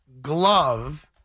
glove